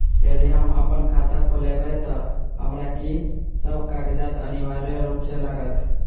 यदि हम अप्पन खाता खोलेबै तऽ हमरा की सब कागजात अनिवार्य रूप सँ लागत?